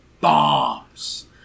bombs